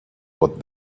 what